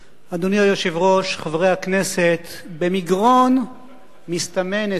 אדוני היושב-ראש, חברי הכנסת, במגרון מסתמן הסדר.